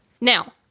Now